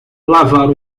lavar